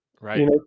Right